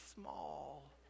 small